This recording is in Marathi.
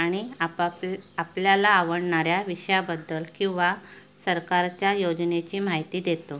आणि आपाप आपल्याला आवडणाऱ्या विषयाबद्दल किंवा सरकारच्या योजनेची माहिती देतो